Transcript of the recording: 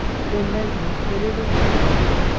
कोंबड्यांक खयले डोस दितत?